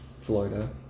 Florida